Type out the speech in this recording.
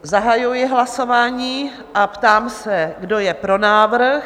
Zahajuji hlasování a ptám se, kdo je pro návrh?